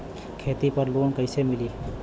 खेती पर लोन कईसे मिली?